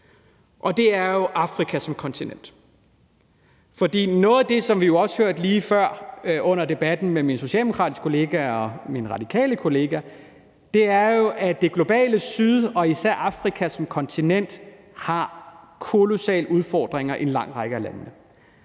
og det er Afrika som kontinent. For noget af det, som vi jo også hørte lige før under debatten med min socialdemokratiske kollega og min radikale kollega, er, at det globale syd og især Afrika som kontinent har kolossale udfordringer i en lang række lande.